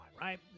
right